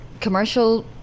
commercial